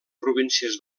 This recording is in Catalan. províncies